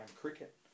cricket